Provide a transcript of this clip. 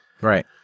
Right